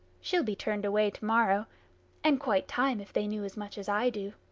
she'll be turned away to-morrow and quite time, if they knew as much as i do.